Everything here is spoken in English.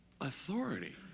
authority